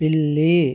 పిల్లి